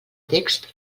text